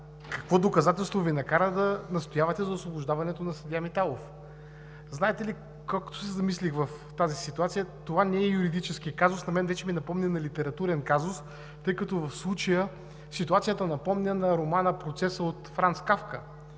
какво доказателство Ви накара да настоявате за освобождаването на съдия Миталов? Знаете ли, като се замислих в тази ситуация, това не е юридически казус. На мен вече ми напомня на литературен казус, тъй като в случая ситуацията напомня на романа „Процесът“ от Франц Кафка.